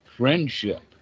Friendship